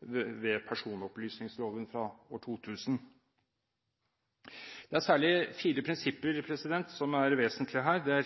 Norge ved personopplysningsloven fra 2000. Det er særlig fire prinsipper som er vesentlige her: